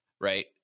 right